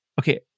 okay